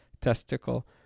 testicle